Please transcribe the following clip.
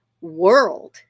world